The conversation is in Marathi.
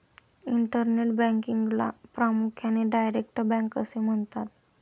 इंटरनेट बँकिंगला प्रामुख्याने डायरेक्ट बँक असे म्हणतात